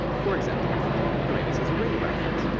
for example uranus has a ring around it.